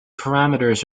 parameters